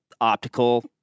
optical